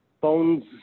phones